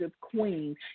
queen